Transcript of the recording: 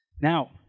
Now